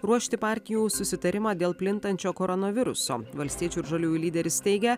ruošti partijų susitarimą dėl plintančio koronaviruso valstiečių ir žaliųjų lyderis teigia